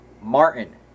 Martin